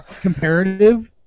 comparative